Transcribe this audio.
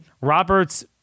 Roberts